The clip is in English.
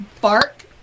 bark